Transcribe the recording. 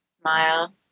Smile